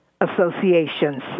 associations